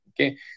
Okay